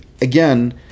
again